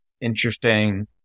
Interesting